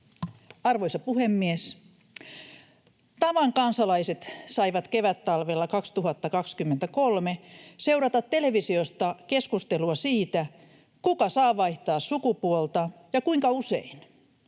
Arvoisa puhemies! Tavan kansalaiset saivat kevättalvella 2023 seurata televisiosta keskustelua siitä, kuka saa vaihtaa sukupuolta ja kuinka usein.